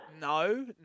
No